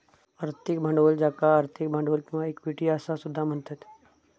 आर्थिक भांडवल ज्याका आर्थिक भांडवल किंवा इक्विटी असा सुद्धा म्हणतत